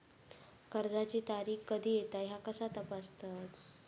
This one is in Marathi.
कर्जाची तारीख कधी येता ह्या कसा तपासतत?